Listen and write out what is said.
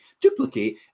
duplicate